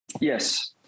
Yes